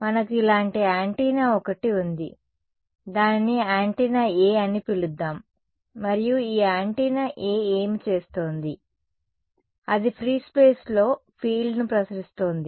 మనకు ఇలాంటి యాంటెన్నా ఒకటి ఉంది దానిని యాంటెన్నా A అని పిలుద్దాం మరియు ఈ యాంటెన్నా A ఏమి చేస్తోంది అది ఫ్రీ స్పేస్ లో ఫీల్డ్ను ప్రసరిస్తోంది